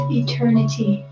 eternity